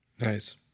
Nice